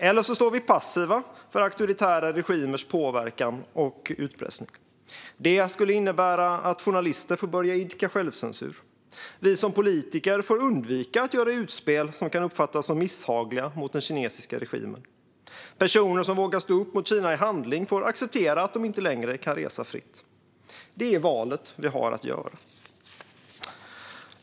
Eller också står vi passiva inför auktoritära regimers påverkan och utpressning. Det skulle innebära att journalister får börja idka självcensur. Vi som politiker får undvika att göra utspel som kan vara misshagliga för den kinesiska regimen. Personer som vågar stå upp mot Kina i handling får acceptera att de inte längre kan resa fritt. Detta är det val vi har att göra.